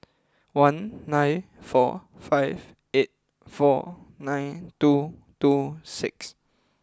one nine four five eight four nine two two six